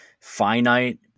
finite